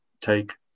take